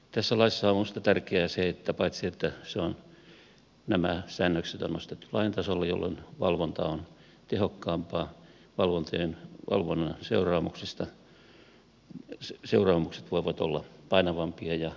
tässä laissa on minusta tärkeää se että paitsi että nämä säännökset on nostettu lain tasolle jolloin valvonta on tehokkaampaa valvonnan seuraamukset voivat olla painavampia ja vaikuttavampia